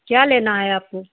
क्या लेना है आपको